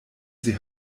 sie